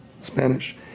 Spanish